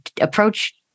approach